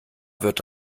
wird